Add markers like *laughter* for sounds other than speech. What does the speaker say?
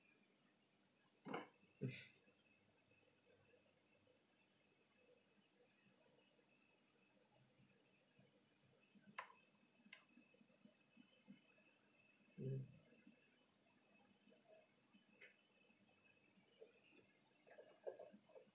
*laughs* mm